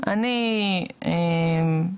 מסייע להעמיק